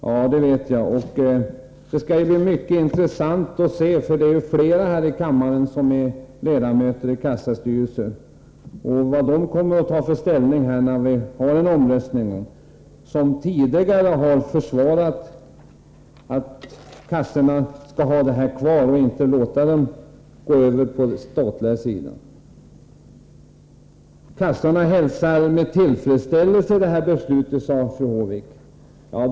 Ja, det vet jag, och här i kammaren finns flera som är ledamöter i kassastyrelser. Det skall bli intressant att se vilken ställning de kommer att ta i omröstningen. Tidigare har de hävdat att kassorna skall ha kvar den funktion de har i dag och inte överlåta den till respektive myndighet. Kassorna hälsar med tillfredsställelse det här beslutet, sade fru Håvik.